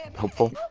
hopeful?